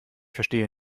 verstehe